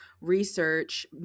research